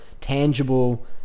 tangible